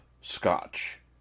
scotch